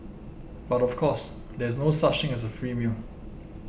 but of course there is no such thing as a free meal